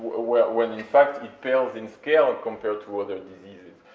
ah when when in fact it pales in scale compared to other diseases.